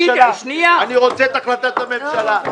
אני רוצה את החלטת הממשלה.